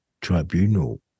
Tribunal